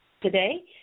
today